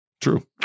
true